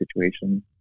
situation